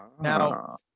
now